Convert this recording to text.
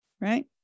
right